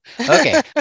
okay